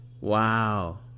wow